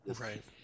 right